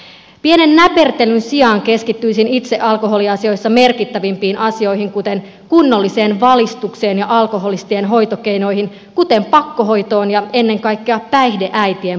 pienen näpertelyn sijaan keskittyisin itse alkoholiasioissa merkittävimpiin asioihin kuten kunnolliseen valistukseen ja alkoholistien hoitokeinoihin kuten pakkohoitoon ja ennen kaikkea päihdeäitien pakkohoitoon